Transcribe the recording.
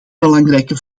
belangrijke